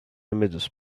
images